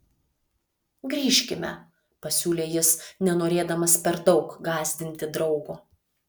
grįžkime pasiūlė jis nenorėdamas per daug gąsdinti draugo